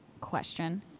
question